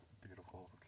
beautiful